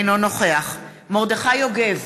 אינו נוכח מרדכי יוגב,